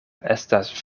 estas